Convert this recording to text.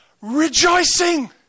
Rejoicing